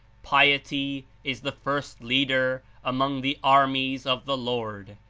piety is the first leader among the armies of the lord,